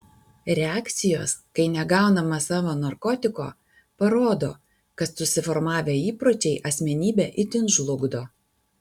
reakcijos kai negaunama savo narkotiko parodo kad susiformavę įpročiai asmenybę itin žlugdo